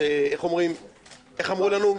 כמו שאמרו לנו,